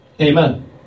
Amen